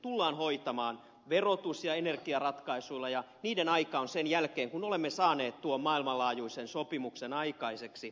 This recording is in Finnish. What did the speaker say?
tullaan hoitamaan verotus ja energiaratkaisuilla ja niiden aika on sen jälkeen kun olemme saaneet tuon maailmanlaajuisen sopimuksen aikaiseksi